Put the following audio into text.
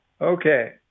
Okay